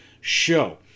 show